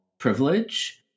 privilege